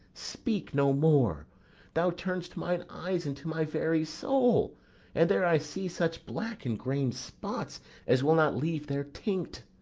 speak no more thou turn'st mine eyes into my very soul and there i see such black and grained spots as will not leave their tinct.